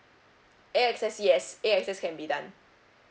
A_X_S yes A_X_S can be done